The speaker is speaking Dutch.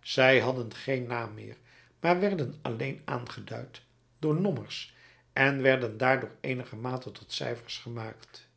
zij hadden geen naam meer maar werden alleen aangeduid door nommers en werden daardoor eenigermate tot cijfers gemaakt